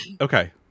okay